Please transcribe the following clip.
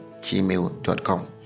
gmail.com